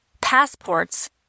passports